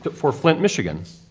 but for flint, michigan.